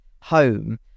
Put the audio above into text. home